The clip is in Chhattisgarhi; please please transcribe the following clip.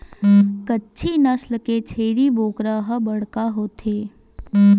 कच्छी नसल के छेरी बोकरा ह बड़का होथे